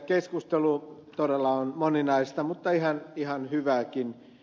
keskustelu todella on moninaista mutta ihan hyvääkin